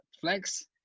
Flex